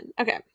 Okay